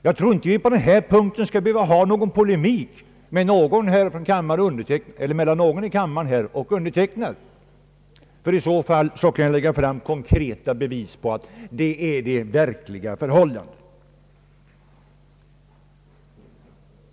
Jag tror inte vi på den här punkten skall behöva få någon polemik mellan någon här i kammaren och mig, för i så fall kan jag lägga fram konkreta bevis på att detta är det verkliga förhållandet.